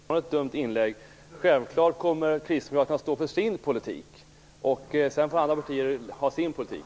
Fru talman! Det tycker jag var ett osedvanligt dumt inlägg. Självklart kommer Kristdemokraterna att stå för sin politik. Sedan får andra partier ha sin politik.